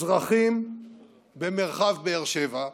אזרחים במרחב באר שבע.